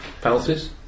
penalties